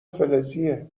فلزیه